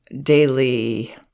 daily